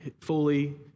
fully